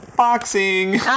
boxing